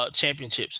championships